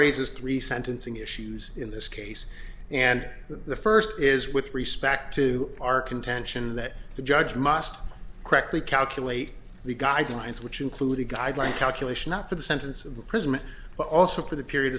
raises three sentencing issues in this case and the first is with respect to our contention that the judge must correctly calculate the guidelines which include a guideline calculation not for the sentence of the present but also for the period